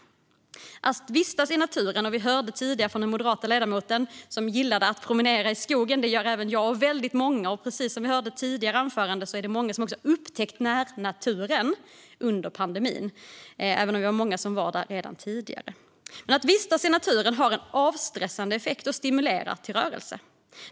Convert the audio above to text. Det handlar om att vistas i naturen. Vi hörde tidigare den moderata ledamoten som gillade att promenera i skogen. Det gör även jag och väldigt många andra. Precis som vi hörde i ett tidigare anförande är det också många som har upptäckt närnaturen under pandemin, även om vi är många som var där även tidigare. Att vistas i naturen har en avstressande effekt och stimulerar till rörelse.